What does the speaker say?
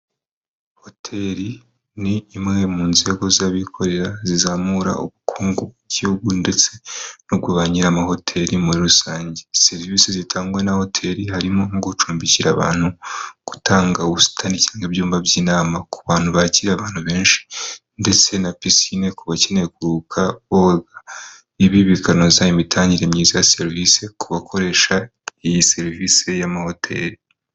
Hoteri ni imwe mu nzego z'abikorera zizamura ubukungu bw'igihugu ndetse no kuri ba nyir'amahoteri muri rusange. Serivisi zitangwa na hoteri harimo nko gucumbikira abantu, gutanga ubusitani cyangwa ibyumba by'inama ku bantu bakira abantu benshi ndetse na pisine ku bakeneye kuruhuka boga. Ibi bikanoza imitangire myiza ya serivisi ku bakoresha iyi serivisi y'amahoteri.